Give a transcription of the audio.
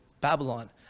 Babylon